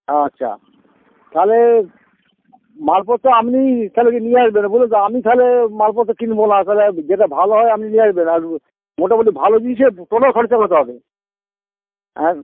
আচ্ছা তাহলে মালপত্র আপনি তাহলে কী নিয়ে আসবেন বুঝলেন তো আমি তালে মালপপত্র কিনবো না তালে যেটা ভালো হয় আপনি নিয়ে আসবেন আর মোটামোটি ভালো জিনিসে টোটাল খরচা কতো হবে আর